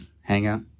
hangout